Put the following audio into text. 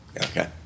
Okay